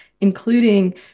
including